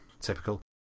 Typical